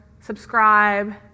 subscribe